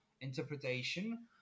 interpretation